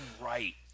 right